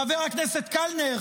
חבר הכנסת קלנר,